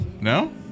no